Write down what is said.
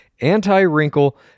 anti-wrinkle